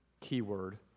keyword